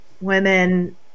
women